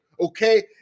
okay